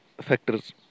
factors